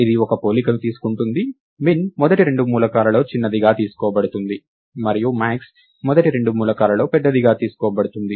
ఇది ఒక పోలికను తీసుకుంటుంది min మొదటి రెండు మూలకాలలో చిన్నదిగా తీసుకోబడుతుంది మరియు max మొదటి రెండు మూలకాలలో పెద్దదిగా తీసుకోబడుతుంది